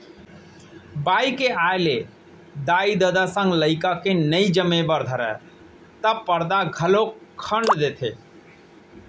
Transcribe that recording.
बाई के आय ले दाई ददा संग लइका के नइ जमे बर धरय त परदा घलौक खंड़ देथे